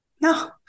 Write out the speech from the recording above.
No